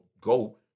go